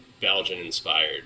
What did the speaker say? Belgian-inspired